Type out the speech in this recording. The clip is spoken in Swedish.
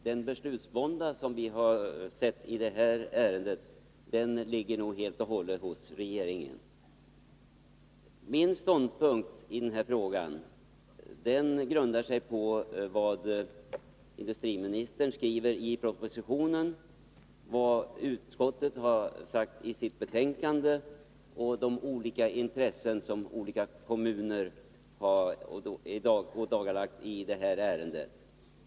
Den beslutsvånda vi har sett i det här ärendet ligger helt och hållet hos regeringen. Min ståndpunkt i den här frågan grundar sig på vad industriministern skriver i propositionen, vad utskottet uttalat i sitt betänkande och de intressen som olika kommuner ådagalagt i ärendet.